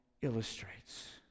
illustrates